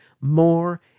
more